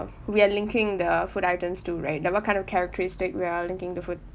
we are linking the food items to right like what kind of characteristic we are linking the food